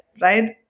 right